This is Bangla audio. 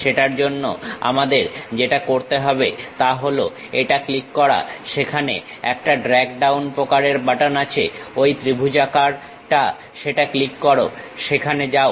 সেটার জন্য আমাদের যেটা করতে হবে তা হলো এটা ক্লিক করা সেখানে একটা ড্রাগ ডাউন প্রকারের বাটন আছে ঐ ত্রিভুজাকারটা সেটা ক্লিক করো সেখানে যাও